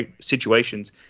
situations